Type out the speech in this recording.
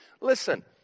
Listen